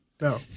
No